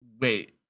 Wait